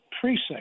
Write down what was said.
precinct